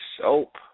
soap